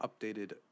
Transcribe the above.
updated